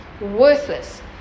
worthless